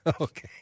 Okay